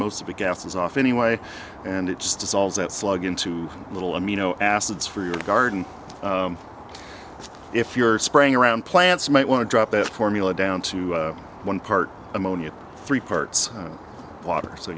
most of the gases off anyway and it just dissolves that slug into little amino acids for your garden if you're spraying around plants might want to drop that formula down to one part ammonia three parts water so